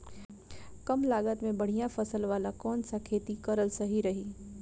कमलागत मे बढ़िया फसल वाला कौन सा खेती करल सही रही?